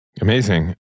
Amazing